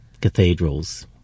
cathedrals